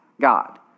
God